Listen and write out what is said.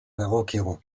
dagokigu